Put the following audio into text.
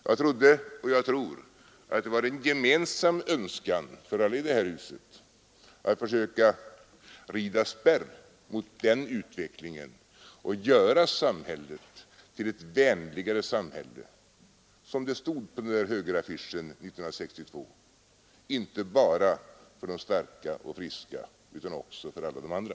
Jag trodde — och jag tror det fortfarande — att det är en gemensam önskan för alla i det här huset att försöka rida spärr mot den utvecklingen och göra samhället till ett vänligare samhälle som det stod på den där högeraffischen 1962 — inte ett samhälle bara för de starka och friska utan ett samhälle också för alla de andra.